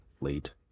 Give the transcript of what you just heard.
Late